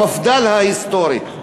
מפד"ל ההיסטורית.